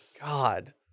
God